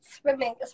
swimming